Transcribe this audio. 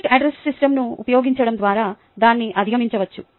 public address సిస్టమ్ను ఉపయోగించడం ద్వారా దాన్ని అధిగమించవచ్చు